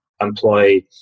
employ